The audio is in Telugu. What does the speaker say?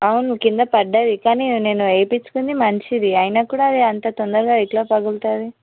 అవును క్రింద పడింది కానీ నేను వేయించుకున్నది మంచిది అయినా కూడా అది అంత తొందరగా ఎట్లా పగులుతుంది